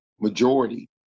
majority